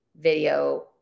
video